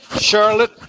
Charlotte